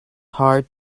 hard